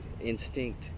instinct